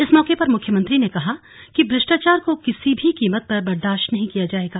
इस मौके पर मुख्यमंत्री ने कहा कि भ्रष्टाचार को किसी भी कीमत पर बर्दाश्त नहीं किया जाएगा